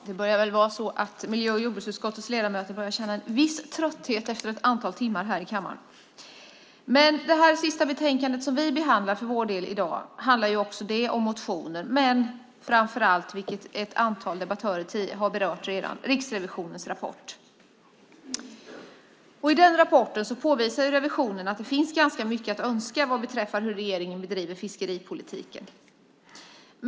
Herr talman! Miljö och jordbruksutskottets ledamöter börjar väl nu att känna viss trötthet efter ett antal timmar här i kammaren. Det sista betänkande som vi för vår del behandlar i dag handlar också det om motioner men framför allt om Riksrevisionens rapport. I den rapporten påvisar revisionen att det finns ganska mycket att önska när det gäller hur regeringen bedriver fiskeripolitik.